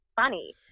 funny